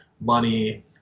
money